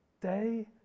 day